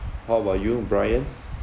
how about you brian